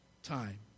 time